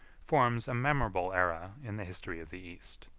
forms a memorable aera in the history of the east,